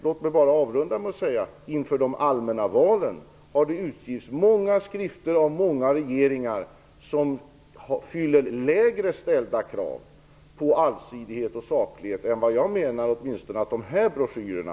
Låt mig avrunda med att säga: Inför de allmänna valen har många skrifter utgivits av många regeringar som uppfyller lägre ställda krav på allsidighet och saklighet än jag menar att det är fråga om åtminstone beträffande de här broschyrerna.